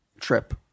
trip